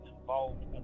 involved